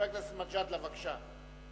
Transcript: חבר הכנסת מג'אדלה, בבקשה.